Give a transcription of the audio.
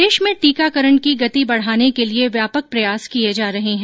प्रदेश में टीकाकरण की गति बढ़ाने के लिए व्यापक प्रयास किये जा रहे हैं